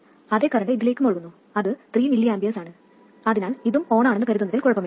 അതേ കറൻറ് ഇതിലേക്കും ഒഴുകുന്നു അത് 3 mA ആണ് അതിനാൽ ഇതും ഓണാണെന്ന് കരുതുന്നതിൽ കുഴപ്പമില്ല